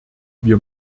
wir